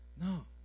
No